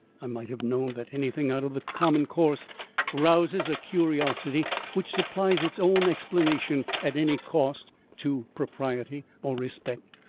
i might have known that anything out of the common course rouses a curiosity which supplies its own explanation at any cost to propriety or respect.